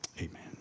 Amen